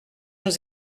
nous